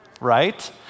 right